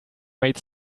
made